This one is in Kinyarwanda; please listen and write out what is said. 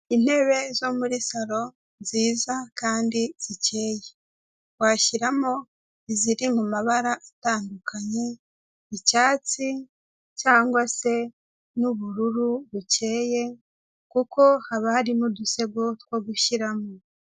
Intebe zo muri saro(Salon) nziza kandi zikeye . Twashyiramo iziri mu mabara atandukanye icyatsi cyangwa se n'ubururu bukeye kuko haba hari n'udusego two gushyiramo.